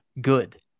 Good